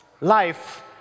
life